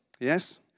yes